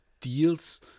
deals